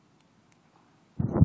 בבקשה, עד 15 דקות לרשותך.